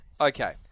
Okay